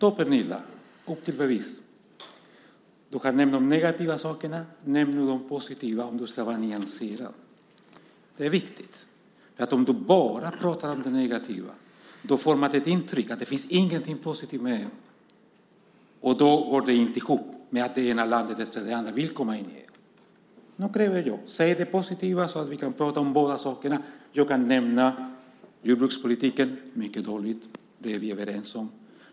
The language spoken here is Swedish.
Herr talman! Upp till bevis då, Pernilla! Du har nämnt de negativa sakerna. Nämn nu de positiva om du ska vara nyanserad! Det är viktigt. Om du bara pratar om det negativa formar det ett intryck av att det inte finns någonting positivt med EU. Det går inte ihop med att det ena landet efter det andra vill komma in i EU. Nu kräver jag: Säg det positiva så att vi kan prata om båda sakerna! Jag kan nämna jordbrukspolitiken. Den är mycket dålig. Det är vi överens om.